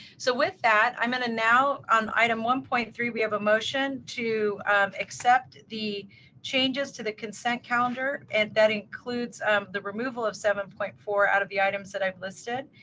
so with that, i'm going to now on item one point three we have a motion to accept the changes to the consent calendar and that includes the removal of seven point four out of the items that i have listed.